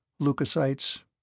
leukocytes